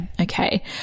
Okay